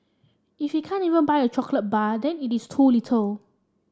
if he can't even buy a chocolate bar then it is too little